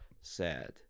sad